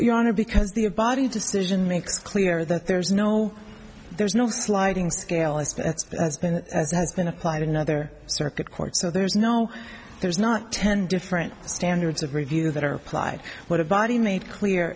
your honor because the body decision makes clear that there's no there's no sliding scale as has been has been applied in another circuit court so there's no there's not ten different standards of review that are applied what a body made clear